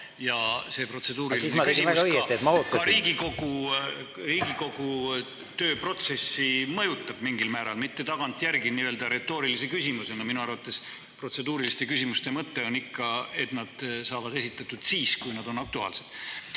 et ma ootasin. … küsimus ka Riigikogu töö protsessi mõjutab mingil määral, mitte tagantjärgi nii-öelda retoorilise küsimusena. Minu arvates protseduuriliste küsimuste mõte on ikka see, et nad saavad esitatud siis, kui nad on aktuaalsed.